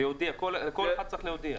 לכל אחד צריך להודיע.